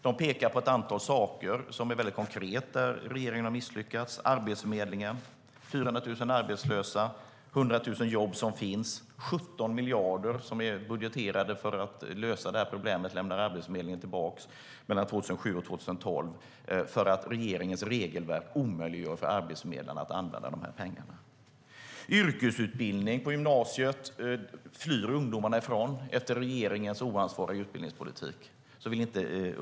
Man pekar på ett antal områden där det är väldigt konkret att regeringen har misslyckats: Arbetsförmedlingen, 400 000 arbetslösa, 100 000 jobb som finns, 17 miljarder som är budgeterade för att lösa problemet, men de pengarna lämnade Arbetsförmedlingen tillbaka mellan 2007 och 2012, därför att regeringens regelverk omöjliggör för arbetsförmedlarna att använda dessa pengar. Ungdomarna flyr från yrkesutbildning på gymnasiet efter regeringens oansvariga utbildningspolitik.